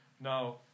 Now